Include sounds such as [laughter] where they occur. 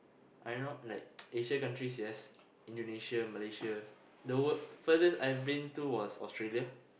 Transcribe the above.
I don't know like [noise] Asia countries yes Indonesia Malaysia the furthest I've been to was Australia